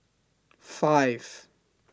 five